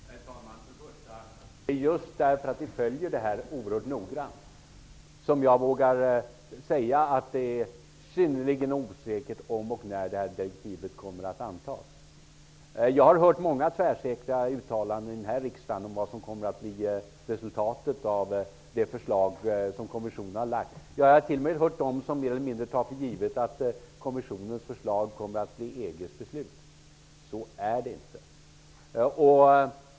Herr talman! Det är just därför att vi följer den här frågan oerhört noggrant som jag vågar säga att det är synnerligen osäkert om direktivet kommer att antas. Jag har hört många tvärsäkra uttalanden i riksdagen om vad som kommer att bli resultatet av det förslag som kommissionen har lagt. Jag har t.o.m. hört riksdagsledamöter mer eller mindre ta för givet att kommissionens förslag kommer att bli EG:s beslut. Så är det inte.